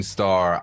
Star